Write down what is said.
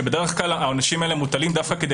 ובדרך כלל העונשים האלה מוטלים דווקא כדי